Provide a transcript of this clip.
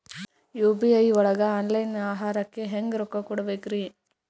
UPI ಒಳಗ online ಆಹಾರಕ್ಕೆ ಹೆಂಗ್ ರೊಕ್ಕ ಕೊಡಬೇಕ್ರಿ?